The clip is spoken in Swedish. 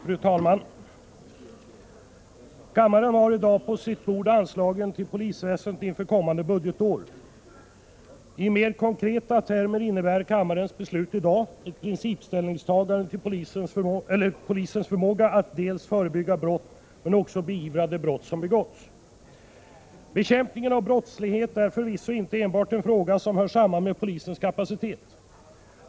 Fru talman! Kammaren har i dag på sitt bord anslaget till polisväsendet inför kommande budgetår. I mer konkreta termer innebär det beslut som kammaren kommer att fatta ett principställningstagande till polisens förmåga att dels förebygga brott, dels beivra de brott som begåtts. Bekämpningen av brottslighet är förvisso inte enbart en fråga som hör samman med polisens kapacitet.